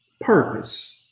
Purpose